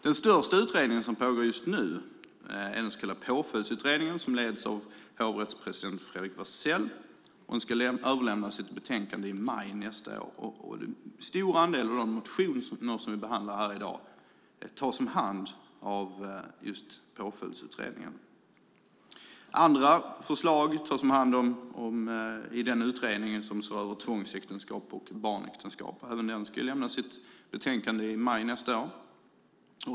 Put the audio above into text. Den största utredningen som pågår just nu är den så kallade Påföljdsutredningen som leds av hovrättspresident Fredrik Wersäll. Den ska överlämna sitt betänkande i maj nästa år. En stor andel av de motioner som vi behandlar här i dag tas om hand av just Påföljdsutredningen. Andra förslag tas om hand i den utredning som ser över tvångsäktenskap och barnäktenskap. Även den ska lämna sitt betänkande i maj nästa år.